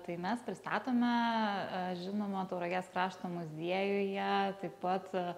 tai mes pristatome žinoma tauragės krašto muziejuje taip pat